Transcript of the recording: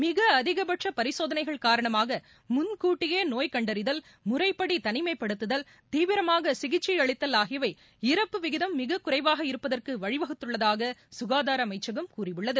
மிக அதிகபட்ச பரிசோதளைகள் காரணமாக முன்சுட்டியே நோய் கண்டறிதல் முறைப்படி தனிமைப்படுத்துதல் தீவிரமாக சிகிச்சை அளித்தல் ஆகியவற்றால் இறப்பு விகிதம் மிகக்குறைவாக இருப்பதற்கு வழிவகுத்துள்ளதாக சுகாதார அமைச்சகம் கூறியுள்ளது